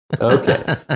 Okay